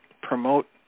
promote